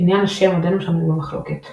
עניין השם עודנו שנוי במחלקת.